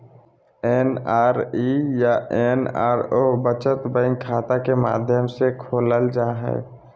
NRE या NRO बचत bank खाता के माध्यम से खोलल जा हइ